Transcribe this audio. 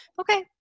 okay